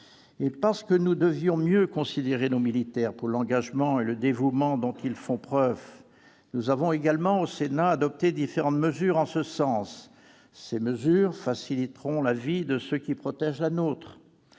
Parce que nous devions mieux considérer nos militaires pour l'engagement et le dévouement dont ils font preuve, nous avons également, au Sénat, adopté différentes mesures en ce sens. Elles faciliteront la vie de ceux qui protègent la nôtre.